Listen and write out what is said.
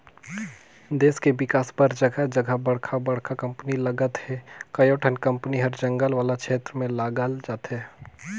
देस के बिकास बर जघा जघा बड़का बड़का कंपनी लगत हे, कयोठन कंपनी हर जंगल वाला छेत्र में लगाल जाथे